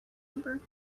number